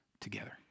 together